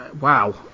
Wow